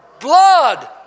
blood